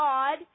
God